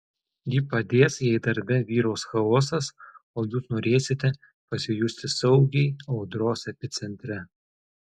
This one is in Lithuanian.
ji padės jei darbe vyraus chaosas o jūs norėsite pasijusti saugiai audros epicentre